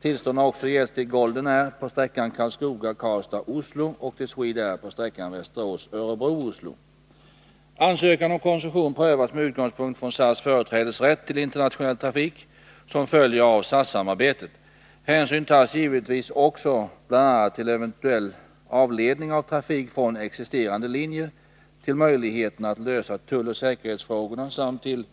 Tillstånd har också getts till Golden Air på sträckan Karlskoga-Karlstad-Oslo och till Swedair på sträckan Västerås-Örebro-Oslo. Ansökan om koncession prövas med utgångspunkt från SAS företrädesrätt till internationell trafik som följer av SAS-samarbetet. Hänsyn tas givetvis också bl.a. till eventuell avledning av trafik från existerande linjer, till möjligheterna att lösa tulloch säkerhetsfrågorna samt till